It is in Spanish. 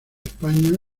españa